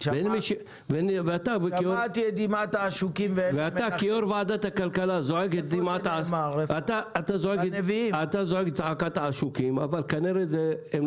שאם יהיה להם כרטיס אשראי חוץ בנקאי לא